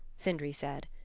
sindri said.